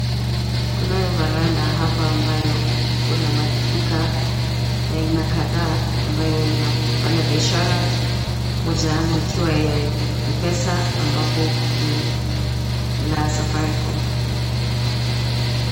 Kunayo veranda hapa ambayo kuna maduka ya aina kadhaa ambayo inafanya biashara mojayamo ikiwa ya Mpesa ambapo ni la Safaricom.